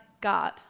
God